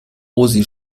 osi